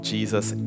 Jesus